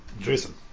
Jason